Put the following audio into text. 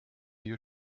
you